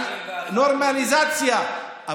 על נורמליזציה.